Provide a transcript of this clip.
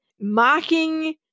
mocking